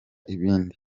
ibindi